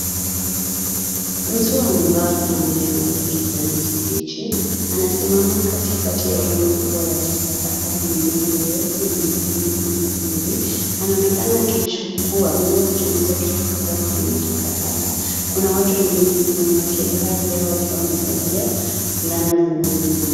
Mtu amevaa fulana ya rangi ya kijani kibichi. Anasimama katikati ya rundo kubwa la takataka na mimea mirefu inayoonekana kama mianzi. Anaonekana akichukua au kuchunguza kitu kutoka kwenye takataka. Kuna watu wengine nyuma yake , baadhi yao wakiwa wamevalia fulana zinazofanana.